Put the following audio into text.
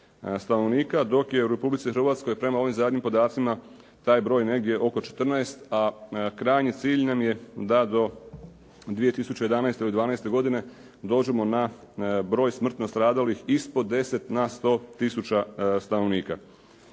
stanovnika, dok je u Republici Hrvatskoj prema ovim zadnjim podacima taj broj negdje oko 14, a krajnji cilj nam je da do 2011. ili '12. dođemo na broj smrtno stradalih ispod 10 na 100 tisuća stanovnika.